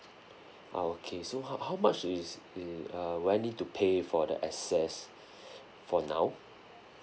ah okay so how how much is in uh will I need to pay for the excess for now